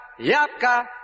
yapka